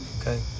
okay